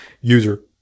user